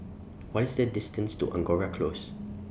What IS The distance to Angora Close